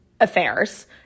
affairs